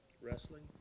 Wrestling